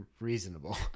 reasonable